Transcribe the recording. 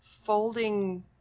folding